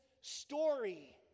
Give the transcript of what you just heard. story